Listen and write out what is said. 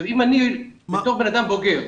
ואם אני, בתור בן אדם בוגר,